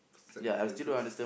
sack of potatoes